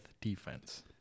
defense